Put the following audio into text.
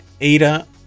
ada